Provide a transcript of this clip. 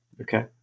Okay